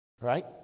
Right